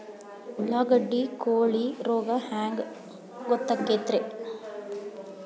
ಉಳ್ಳಾಗಡ್ಡಿ ಕೋಳಿ ರೋಗ ಹ್ಯಾಂಗ್ ಗೊತ್ತಕ್ಕೆತ್ರೇ?